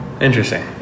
interesting